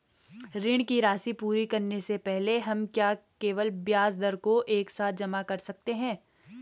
ऋण की राशि पूरी करने से पहले हम क्या केवल ब्याज दर को एक साथ जमा कर सकते हैं?